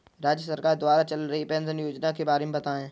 राज्य सरकार द्वारा चल रही पेंशन योजना के बारे में बताएँ?